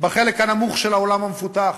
בחלק הנמוך של העולם המפותח.